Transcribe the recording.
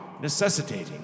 necessitating